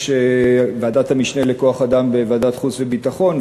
ועדת המשנה לכוח-אדם בוועדת חוץ וביטחון,